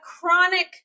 chronic